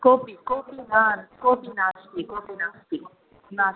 कोपि कोपि न कोपि नास्ति कोपि नास्ति नास्ति